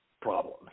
problem